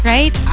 Right